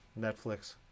Netflix